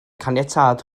caniatâd